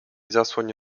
zasłoń